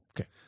Okay